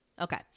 Okay